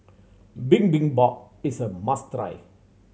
bibimbap is a must try